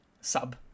Sub